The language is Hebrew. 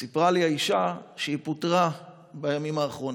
האישה סיפרה לי שהיא פוטרה בימים האחרונים.